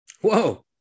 Whoa